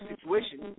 situation